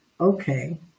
Okay